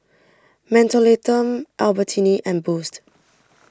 Mentholatum Albertini and Boost